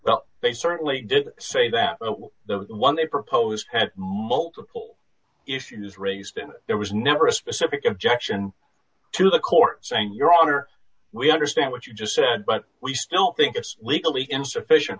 well they certainly did say that the one they proposed had multiple issues raised and there was never a specific objection to the court saying your honor we understand what you just said but we still think it's legally insufficient